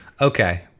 Okay